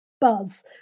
buzz